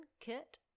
Kit